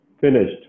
Finished